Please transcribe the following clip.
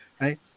Right